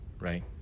Right